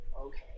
Okay